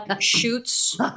Shoots